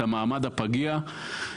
המעמד הפגיע.